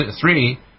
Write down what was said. three